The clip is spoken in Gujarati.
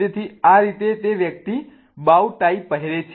તેથી આ રીતે તે વ્યક્તિ બાઉ ટાઈ પહેરે છે